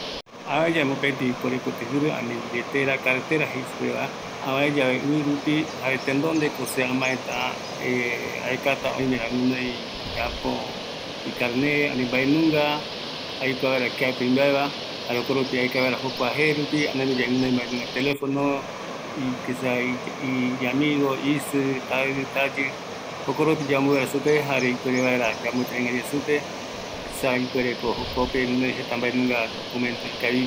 Tenondeko se aekata kua ikorepoti rɨrupe oïmera oï idocumentoreta, jokoropi aeka vaera inumero telefonico, jare oïme yave kianunga jëtärape amombeu vaera